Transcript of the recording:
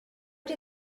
did